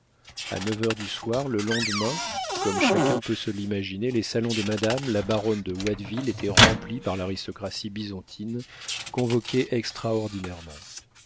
a neuf heures du soir le lendemain comme chacun peut se l'imaginer les salons de madame la baronne de watteville étaient remplis par l'aristocratie bisontine convoquée extraordinairement